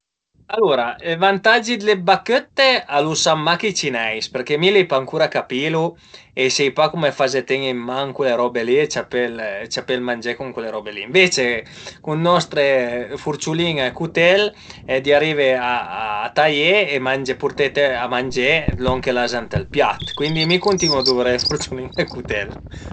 Alura i vantagi d'le bachëtte a lu san mach i cineis përché mi l'ai pa ancura capilu e sai pa cume fazi a ten-i ën man cule robe li, ciapé ël mangé cun cule robe li, ënvece cun nostre furciulin-e e cutèl ti arive a taié e mange, purtete a mangé lon che l'as ënt ël piat, cuindi mi cuntinu a duvré le furciulin-e e cutèl